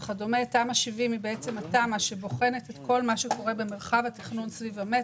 תמ"א 70 היא התמ"א שבוחנת את כל מה שקורה במרחב התכנון שסביב המטרו.